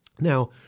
Now